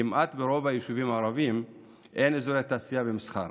כמעט ברוב היישובים הערביים אין אזורי תעשייה ומסחר.